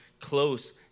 close